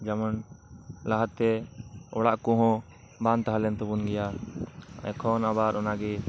ᱡᱮᱢᱚᱱ ᱞᱟᱦᱟᱛᱮ ᱚᱲᱟᱜ ᱠᱚ ᱦᱚᱸ ᱵᱟᱝ ᱛᱟᱦᱮᱞᱮᱱ ᱛᱟᱵᱚᱱ ᱜᱮᱭᱟ ᱮᱠᱷᱚᱱ ᱟᱵᱟᱨ ᱚᱱᱟᱜᱮ